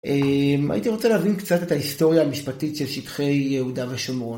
הייתי רוצה להבין קצת את ההיסטוריה המשפטית של שטחי יהודה ושומרון.